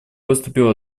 выступил